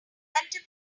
prevent